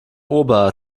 ober